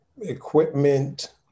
equipment